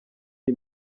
iyi